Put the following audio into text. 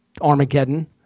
Armageddon